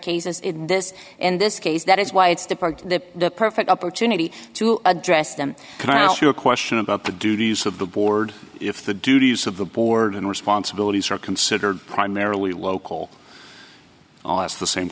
cases in this in this case that is why it's the part the perfect opportunity to address them can i ask you a question about the duties of the board if the duties of the board and responsibilities are considered primarily local office the same